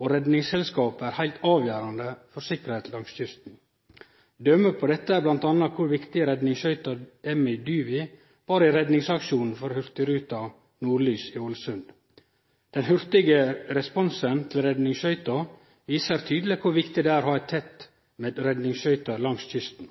og Redningsselskapet er heilt avgjerande for sikkerheita langs kysten. Døme på dette er bl.a. kor viktig redningsskøyta «Emmy Dyvi» var i redningsaksjonen for hurtigruta «Nordlys» i Ålesund. Den hurtige responsen til redningsskøyta viser tydeleg kor viktig det er å ha tett med redningsskøyter langs kysten.